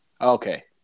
Okay